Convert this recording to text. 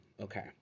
okay